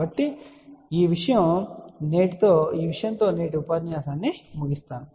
కాబట్టి ఈ విషయంతో నేటి ఉపన్యాసాన్ని ముగించాము